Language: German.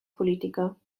politiker